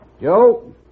Joe